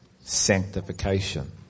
Sanctification